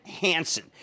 Hansen